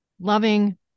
loving